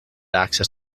access